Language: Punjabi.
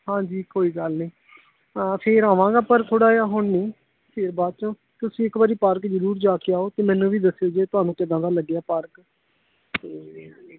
ਹਾਂਜੀ ਕੋਈ ਗੱਲ ਨਹੀਂ ਫਿਰ ਆਵਾਂਗਾ ਪਰ ਥੋੜ੍ਹਾ ਜਿਹਾ ਹੁਣ ਨਹੀਂ ਫਿਰ ਬਾਅਦ 'ਚੋਂ ਤੁਸੀਂ ਇੱਕ ਵਾਰ ਪਾਰਕ ਜ਼ਰੂਰ ਜਾ ਕੇ ਆਓ ਅਤੇ ਮੈਨੂੰ ਵੀ ਦੱਸਿਓ ਜੇ ਤੁਹਾਨੂੰ ਕਿੱਦਾਂ ਦਾ ਲੱਗਿਆ ਪਾਰਕ ਅਤੇ